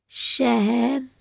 ਸ਼ਹਿਰ